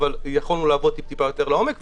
ויכולנו לעבוד טיפ טיפה יותר לעומק,